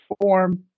form